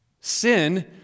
sin